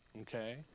okay